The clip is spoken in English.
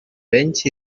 bench